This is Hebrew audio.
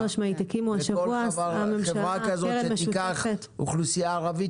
כל חברה כזו שתיקח אוכלוסייה ערבית,